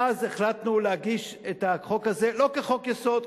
ואז החלטנו להגיש את החוק הזה לא כחוק-יסוד,